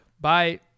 Bye